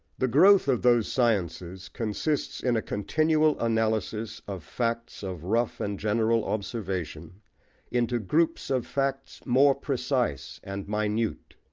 the growth of those sciences consists in a continual analysis of facts of rough and general observation into groups of facts more precise and minute.